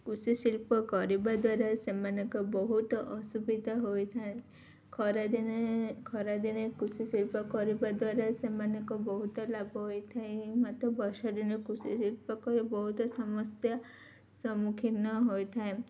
କୃଷି ଶିଳ୍ପ କରିବା ଦ୍ୱାରା ସେମାନଙ୍କ ବହୁତ ଅସୁବିଧା ହୋଇଥାଏ ଖରାଦିନେ ଖରାଦିନେ କୃଷି ଶିଳ୍ପ କରିବା ଦ୍ୱାରା ସେମାନଙ୍କ ବହୁତ ଲାଭ ହୋଇଥାଏ ମତେ ବର୍ଷାଦିନେ କୃଷି ଶିଳ୍ପ କରି ବହୁତ ସମସ୍ୟା ସମ୍ମୁଖୀନ ହୋଇଥାଏ